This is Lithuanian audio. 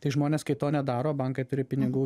tai žmonės kai to nedaro bankai turi pinigų